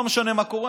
לא משנה מה קורה,